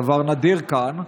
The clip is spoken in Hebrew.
דבר נדיר כאן,